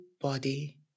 body